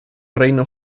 reino